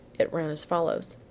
it ran as follows